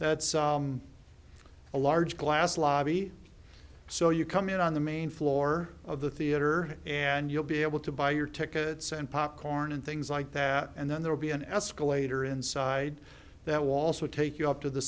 a large glass lobby so you come in on the main floor of the theater and you'll be able to buy your tickets and popcorn and things like that and then there will be an escalator inside that wall so take you up to the